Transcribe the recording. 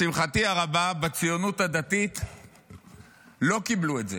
לשמחתי הרבה בציונות הדתית לא קיבלו את זה,